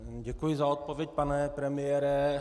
Děkuji za odpověď, pane premiére.